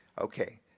Okay